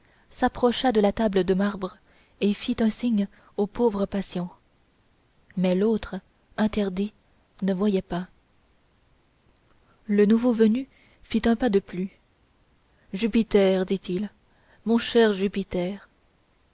s'approcha de la table de marbre et fit un signe au pauvre patient mais l'autre interdit ne voyait pas le nouveau venu fit un pas de plus jupiter dit-il mon cher jupiter